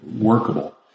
workable